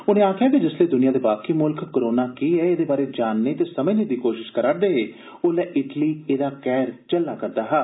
उनें आक्खेआ जे जिसलै दुनिया दे बाकी मुल्ख कारोना केह् ऐ एह्दे बारे जानने ते समझने दी कोश्त करा'रदे हे ओल्ले इटली एह्दा कैहर झल्ला दा हा